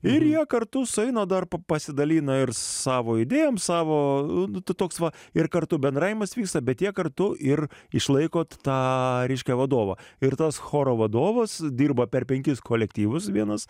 ir jie kartu sueina dar pa pasidalina ir savo idėjomis savo nu tu toks va ir kartu bendravimas vyksta bet jie kartu ir išlaikot tą reiškia vadovą ir tas choro vadovas dirba per penkis kolektyvus vienas